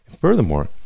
Furthermore